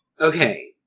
Okay